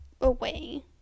away